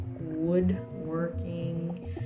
woodworking